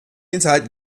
enthalten